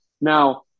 Now